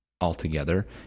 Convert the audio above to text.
altogether